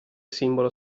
simbolo